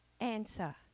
answer